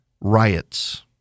riots